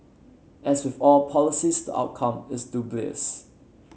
as with all policies the outcome is dubious